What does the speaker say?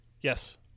Yes